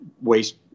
waste